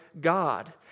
God